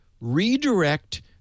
redirect